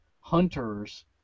hunters